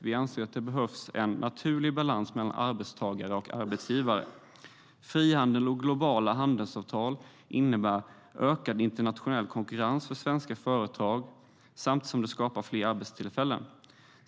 Vi anser att det behövs en naturlig balans mellan arbetstagare och arbetsgivare. Frihandel och globala handelsavtal innebär ökad internationell konkurrens för svenska företag samtidigt som det skapar fler arbetstillfällen.